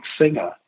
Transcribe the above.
singer